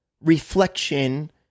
reflection